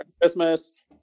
Christmas